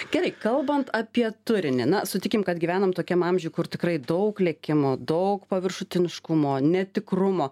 gerai kalbant apie turinį na sutikim kad gyvenam tokiam amžiuj kur tikrai daug lėkimo daug paviršutiniškumo netikrumo